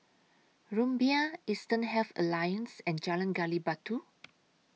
Rumbia Eastern Health Alliance and Jalan Gali Batu